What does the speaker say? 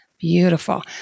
Beautiful